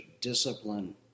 discipline